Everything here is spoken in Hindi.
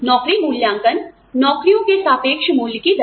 नौकरी मूल्यांकन नौकरियों के सापेक्ष मूल्य की दर